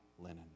linen